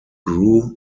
grew